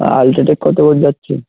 UltraTech কত করে যাচ্ছে